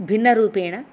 भिन्नरूपेण